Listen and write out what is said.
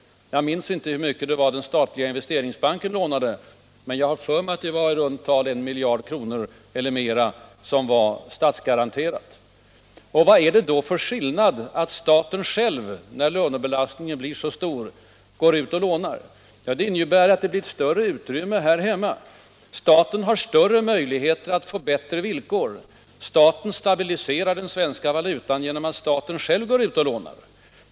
Jag minns inte hur mycket den statliga investeringsbanken lånade, men jag har för mig att det var i runt tal 1 miljard kronor eller mer som var statsgaranterat. Vad är det då för olägenhet att staten själv, när lånebelastningen blir så stor, tar lån på den utländska lånemarknaden? Det innebär att det blir ett större utrymme här hemma. Staten har möjligheter att få bättre villkor. Staten stabiliserar den svenska valutan genom att staten själv går ut och lånar.